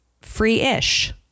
free-ish